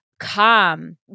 calm